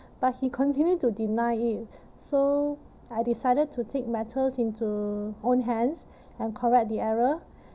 but he continued to deny it so I decided to take matters into own hands and correct the error